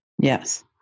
Yes